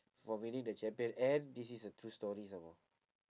for winning the champion and this is a true story some more